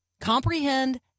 comprehend